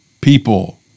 people